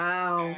Wow